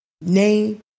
Name